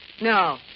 No